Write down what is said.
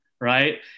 right